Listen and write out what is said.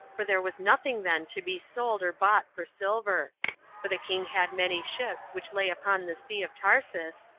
for there was nothing then to be sold or bought for silver for the king had many ships which lay upon the sea of tarsus,